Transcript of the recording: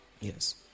Yes